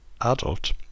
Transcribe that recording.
adult